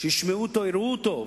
שישמעו אותו ויראו אותו,